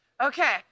Okay